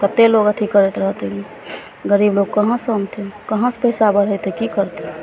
कतेक लोग अथी करैत रहतै ई गरीब लोक कहाँसऽ अनतै कहाँसे पैसा बढ़ैतै की करतै